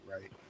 right